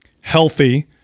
healthy